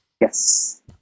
Yes